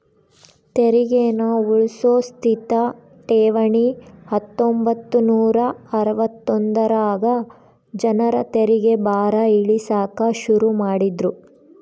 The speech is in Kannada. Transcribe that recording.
ತೆರಿಗೇನ ಉಳ್ಸೋ ಸ್ಥಿತ ಠೇವಣಿ ಹತ್ತೊಂಬತ್ ನೂರಾ ಅರವತ್ತೊಂದರಾಗ ಜನರ ತೆರಿಗೆ ಭಾರ ಇಳಿಸಾಕ ಶುರು ಮಾಡಿದ್ರು